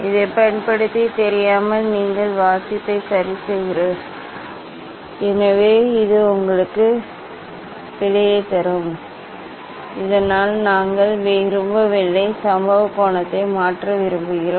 இதைப் பயன்படுத்தி தெரியாமல் நீங்கள் வாசிப்பை சரி செய்கிறீர்கள் எனவே இது உங்களுக்கு பிழையைத் தரும் இதனால் நாங்கள் விரும்பவில்லை சம்பவ கோணத்தை மாற்ற விரும்புகிறோம்